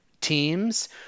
teams